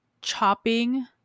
chopping